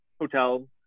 hotel